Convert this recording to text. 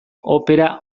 opera